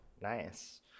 Nice